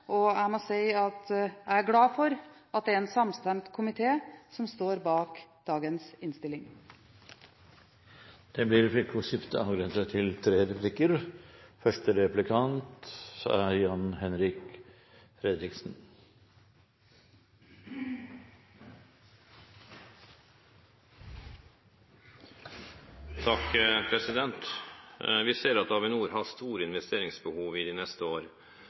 Og jeg må si at jeg er glad for at det er en samstemt komité som står bak dagens innstilling. Det blir replikkordskifte. Vi ser at Avinor har store investeringsbehov de neste